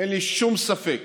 אין לי שום ספק